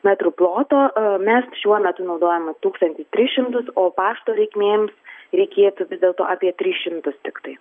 metrų ploto mes šiuo metu naudojam tūkstantį tris šimtus o pašto reikmėms reikėtų vis dėlto apie tris šimtus tiktai